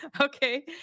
Okay